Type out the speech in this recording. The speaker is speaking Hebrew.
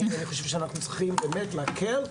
אני חושב שאנחנו צריכים באמת להקל,